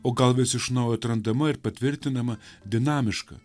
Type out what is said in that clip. o gal vis iš naujo atrandama ir patvirtinama dinamiška